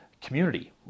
community